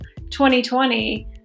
2020